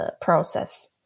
process